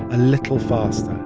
a little faster.